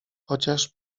chociaż